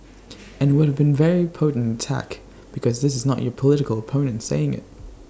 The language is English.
and IT would have been very potent attack because this is not your political opponent saying IT